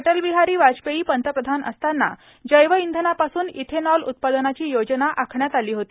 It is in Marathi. अटलबिहारी वाजपेयी पंतप्रधान असताना जैवइंधनापासून इथेनॉल उत्पादनाची योजना आखण्यात आली होती